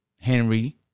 Henry